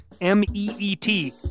M-E-E-T